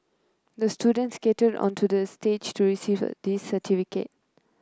the student skated onto the stage to receive this certificate